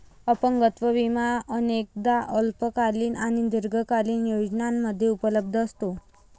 अपंगत्व विमा अनेकदा अल्पकालीन आणि दीर्घकालीन योजनांमध्ये उपलब्ध असतो